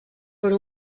per